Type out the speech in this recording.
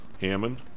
Hammond